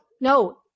no